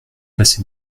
passer